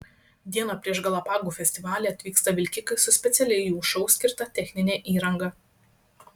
dieną prieš galapagų festivalį atvyksta vilkikai su specialiai jų šou skirta technine įranga